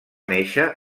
néixer